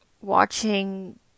watching